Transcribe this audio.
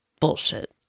Bullshit